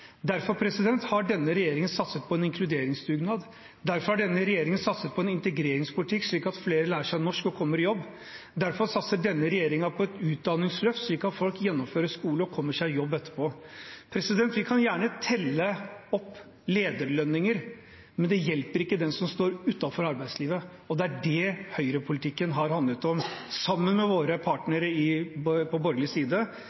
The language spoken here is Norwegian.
Derfor har denne regjeringen satset på en inkluderingsdugnad. Derfor har denne regjeringen satset på en integreringspolitikk, slik at flere lærer seg norsk og kommer i jobb. Derfor satser denne regjeringen på et utdanningsløft, slik at folk gjennomfører skole og kommer seg i jobb etterpå. Vi kan gjerne telle opp lederlønninger. Men det hjelper ikke dem som står utenfor arbeidslivet, og det er det høyrepolitikken har handlet om, sammen med våre partnere på borgerlig side